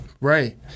right